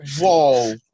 whoa